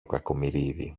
κακομοιρίδη